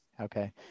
Okay